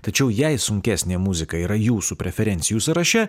tačiau jei sunkesnė muzika yra jūsų preferencijų sąraše